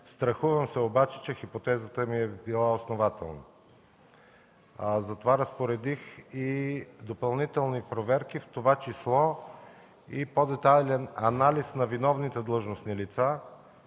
Страхувам се обаче, че хипотезата ми е била основателна. Затова разпоредих и допълнителни проверки, в това число и по-детайлен анализ на виновните длъжностни лица.